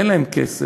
אין להם כסף,